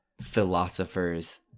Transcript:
philosophers